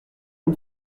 une